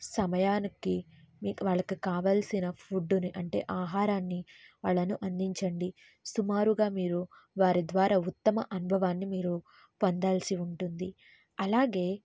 సమయానికి మీకు వాళ్ళకి కావలసిన ఫుడ్డుని అంటే ఆహారాన్ని వాళ్ళకు అందించండి సుమారుగా మీరు వారి ద్వారా ఉత్తమ అనుభవాన్ని మీరు పొందాల్సి ఉంటుంది అలాగే